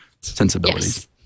sensibilities